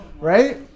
right